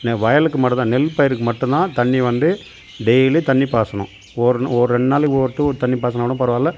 என்ன வயலுக்கு மட்டும் தான் நெல் பயிருக்கு மட்டும் தான் தண்ணி வந்து டெய்லியும் தண்ணி பாய்சணும் ஒரு ரெண்டு நாளைக்கு ஒரு டிப்பு ஒரு தண்ணி பாய்சுனாலும் பரவாயில்ல